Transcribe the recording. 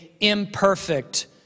imperfect